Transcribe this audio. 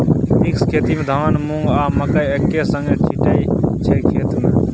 mix खेती मे धान, मुँग, आ मकय एक्के संगे छीटय छै खेत मे